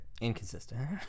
Inconsistent